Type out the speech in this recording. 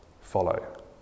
follow